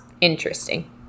interesting